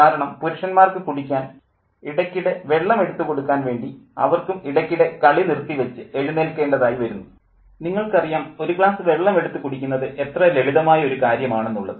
കാരണം പുരുഷന്മാർക്ക് കുടിക്കാൻ ഇടയ്ക്കിടെ വെള്ളം എടുത്തു കൊടുക്കാൻ വേണ്ടി അവർക്കും ഇടയ്ക്കിടെ കളി നിർത്തി വച്ച് എഴുന്നേൽക്കേണ്ടതായി വരുന്നു നിങ്ങൾക്കറിയാം ഒരു ഗ്ലാസ് വെള്ളം എടുത്തു കുടിക്കുന്നത് എത്ര ലളിതമായ ഒരു കാര്യം ആണെന്നുള്ളത്